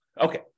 Okay